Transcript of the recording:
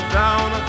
down